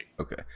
Okay